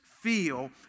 feel